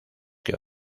que